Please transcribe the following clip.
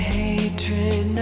hatred